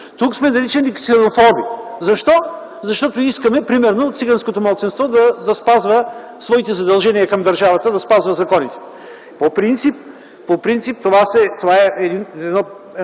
Тук сме наричани ксенофоби. Защо? Защото искаме примерно циганското малцинство да спазва своите задължения към държавата, да спазва законите. По принцип това е